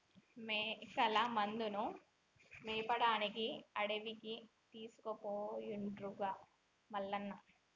మేకల మందను మేపడానికి అడవికి తీసుకుపోయిండుగా మల్లన్న